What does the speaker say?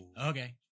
okay